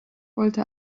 wollte